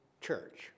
church